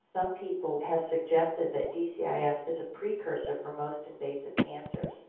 um people have suggested that dcis yeah yeah is a precursor for most invasive cancers.